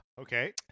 Okay